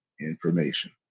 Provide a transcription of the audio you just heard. information